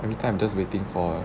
any time I'm just waiting for